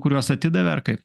kuriuos atidavė ar kaip